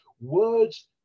words